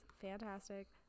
fantastic